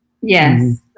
Yes